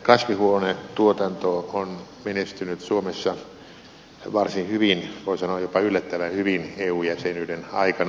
kasvihuonetuotanto on menestynyt suomessa varsin hyvin voi sanoa jopa yllättävän hyvin eu jäsenyyden aikana